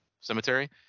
cemetery